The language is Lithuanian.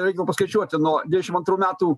reiktų paskaičiuoti nuo devyniasdešim antrų metų